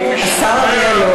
השר אריאל,